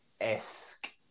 esque